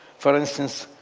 for instance,